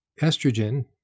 estrogen